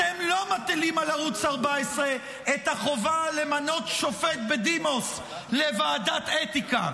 אתם לא מטילים על ערוץ 14 את החובה למנות שופט בדימוס לוועדת אתיקה,